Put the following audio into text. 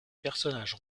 personnage